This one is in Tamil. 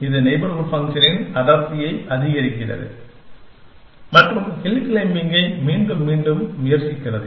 இது நெய்பர்ஹூட் ஃபங்க்ஷனின் அடர்த்தியை அதிகரிக்கிறது மற்றும் ஹில் க்ளேம்பிங்கை மீண்டும் மீண்டும் முயற்சிக்கிறது